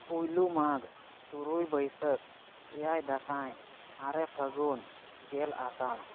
ᱯᱳᱭᱞᱳ ᱢᱟᱜᱽ ᱛᱩᱨᱩᱭ ᱵᱟᱹᱭᱥᱟᱹᱠᱷ ᱮᱭᱟᱭ ᱫᱟᱸᱥᱟᱭ ᱟᱨᱮ ᱯᱷᱟᱹᱜᱩᱱ ᱜᱮᱞ ᱟᱥᱟᱲ